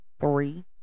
three